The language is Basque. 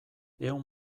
ehun